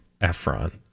Efron